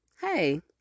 hey